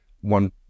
one